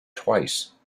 twice